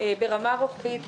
ברמה רוחבית,